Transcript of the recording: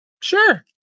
sure